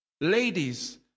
Ladies